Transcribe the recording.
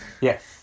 Yes